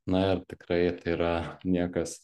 na ir tikrai tai yra niekas